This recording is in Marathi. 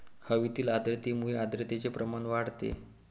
हवेतील आर्द्रतेमुळे आर्द्रतेचे प्रमाण वाढते